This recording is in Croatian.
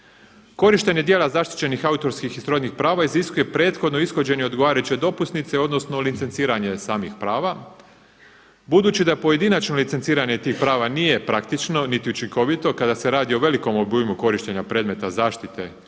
Korištenje djela zaštićenih autorskih i srodnih prava iziskuje prethodno ishođenje odgovarajuće dopusnice odnosno licenciranje samih prava, budući da pojedinačno licenciranje tih prava nije praktično niti učinkovito kada se radi o velikom obujmu korištenja predmeta zaštite kao